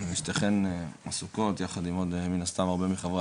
שתיכן עסוקות יחד עם עוד מן הסתם הרבה מחברי